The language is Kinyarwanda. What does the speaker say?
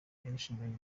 yarushinganye